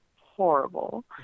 horrible